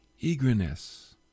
eagerness